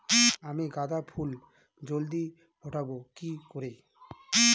আমি গাঁদা ফুল জলদি ফোটাবো কি করে?